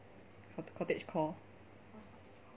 cottagecore